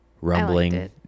rumbling